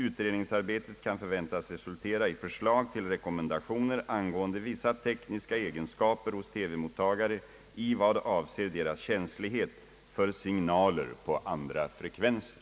Utredningsarbetet kan förväntas resultera i förslag till rekommendationer angående vissa tekniska egenskaper hos TV mottagare i vad avser deras känslighet för signaler på andra frekvenser.